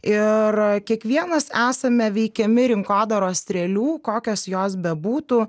ir kiekvienas esame veikiami rinkodaros strėlių kokios jos bebūtų